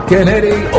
Kennedy